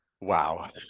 Wow